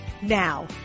Now